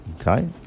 Okay